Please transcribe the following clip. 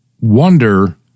wonder